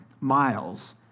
miles